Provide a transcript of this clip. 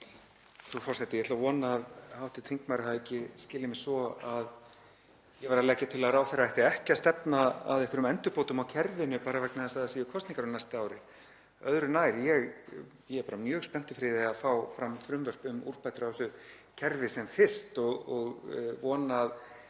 Frú forseti. Ég ætla að vona að hv. þingmaður hafi ekki skilið mig svo að ég væri að leggja til að ráðherra ætti ekki að stefna að endurbótum á kerfinu bara vegna þess að það séu kosningar á næsta ári, öðru nær. Ég er mjög spenntur fyrir því að fá fram frumvörp um úrbætur á þessu kerfi sem fyrst og vona að